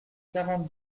quarante